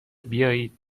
بیاید